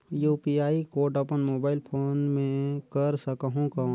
UPI code अपन mobile phone मे कर सकहुं कौन?